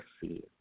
see